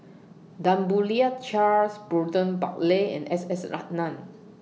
Tan Boo Liat Charles Burton Buckley and S S Ratnam